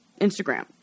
Instagram